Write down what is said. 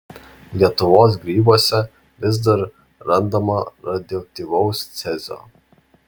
lietuvos grybuose vis dar randama radioaktyvaus cezio